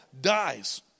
dies